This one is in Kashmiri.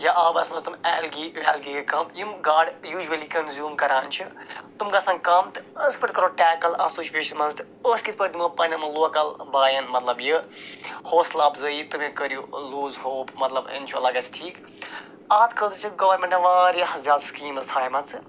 یا آبَس منٛز تِم اٮ۪لگی وٮ۪لگی گٔے کَم یِم گاڈٕ یوٗجؤلی کَنٛزیوٗم کران چھِ تِم گژھَن کَم تہٕ أسۍ کِتھ پٲٹھۍ کَرَو ٹیکٕل اَتھ سِچویشنہِ منٛز تہٕ أسۍ کِتھ پٲٹھۍ دِمَو پَنٛنٮ۪ن یِمَن لوکَل بھایَن مطلب یہِ حوصلہٕ افزٲیی تُہۍ مَے کٔرِو لوٗز ہوپ مطلب اِنشاء اللہ گژھِ ٹھیٖک اَتھ خٲطرٕ چھِ اَسہِ گورمٮ۪نٛٹَن واریاہ زیادٕ سِکیٖمٕز تھایمَژٕ